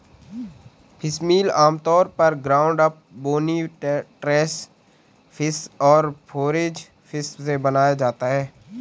fishmeal आमतौर पर ground up, bony trash fish और फोरेज फिश से बनाया जाता है